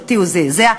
שאותי הוא זעזע,